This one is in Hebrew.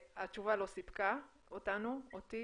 התשובה לא סיפקה אותנו, אותי